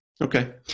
Okay